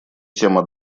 тема